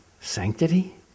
Sanctity